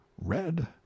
red